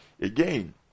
Again